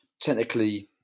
technically